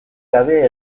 gabe